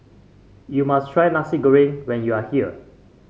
you must try Nasi Goreng when you are here